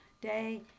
day